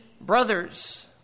brothers